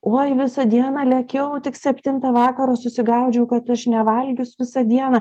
oi visą dieną lėkiau tik septintą vakaro susigaudžiau kad aš nevalgius visą dieną